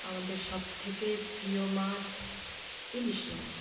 আমাদের সব থেকে প্রিয় মাছ ইলিশ মাছ